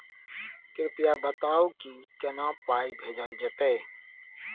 कृपया बताऊ की केना पाई भेजल जेतै?